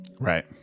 Right